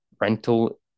rental